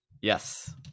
Yes